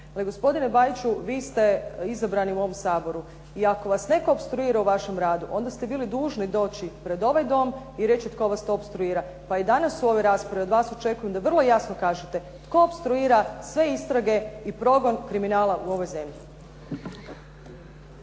Dakle, gospodine Bajiću vi ste izabrani u ovom Saboru i ako vas netko opstruira u vašem radu onda ste bili dužni doći pred ovaj Dom i reći tko vas to opstruira. Pa i danas u ovoj raspravi od vas očekujem da vrlo jasno kažete tko opstruira sve istrage i progon kriminala u ovoj zemlji.